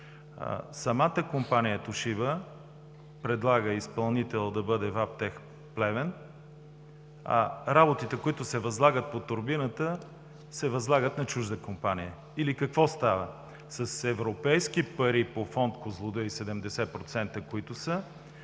Самата компания „Тошиба“ предлага изпълнител да бъде „ВАПТЕХ“ – Плевен, а работите, които се възлагат по турбината, се възлагат на чужда компания. Или какво става? – С европейски пари по Фонд „Козлодуй“, които са